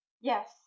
Yes